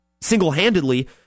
single-handedly